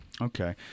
Okay